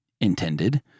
intended